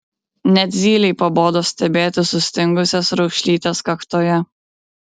net zylei pabodo stebėti sustingusias raukšlytes kaktoje